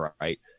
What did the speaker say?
right